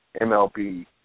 MLB